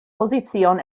pozicion